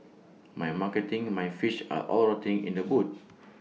my marketing my fish are all rotting in the boot